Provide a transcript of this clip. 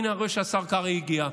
הינה, אני רואה שהשר קרעי הגיע.